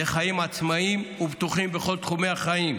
לחיים עצמאיים ובטוחים בכל תחומי החיים: